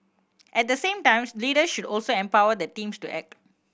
at the same times leaders should also empower their teams to act